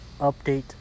update